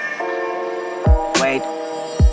Wait